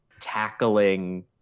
tackling